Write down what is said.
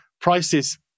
Prices